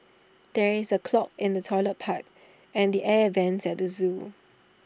there is A clog in the Toilet Pipe and the air Vents at the Zoo